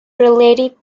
related